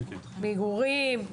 מגורים,